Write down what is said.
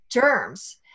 germs